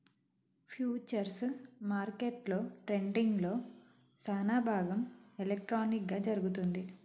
futures మార్కెట్లో ట్రేడింగ్లో సానాభాగం ఎలక్ట్రానిక్ గా జరుగుతుంది